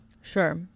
sure